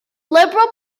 liberal